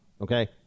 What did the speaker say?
Okay